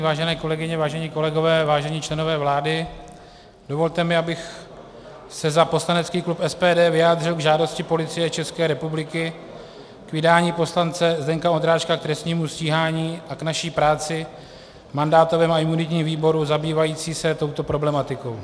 Vážené kolegyně, vážení kolegové, vážení členové vlády, dovolte mi, abych se za poslanecký klub SPD vyjádřil k žádosti Policie České republiky k vydání poslance Zdeňka Ondráčka k trestnímu stíhání a k naší práci v mandátovém a imunitním výboru zabývající se touto problematikou.